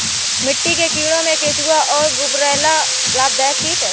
मिट्टी के कीड़ों में केंचुआ और गुबरैला लाभदायक कीट हैं